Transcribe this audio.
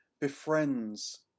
befriends